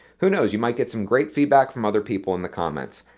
who knows, you might get some great feedback from other people in the comments.